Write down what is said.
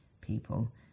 people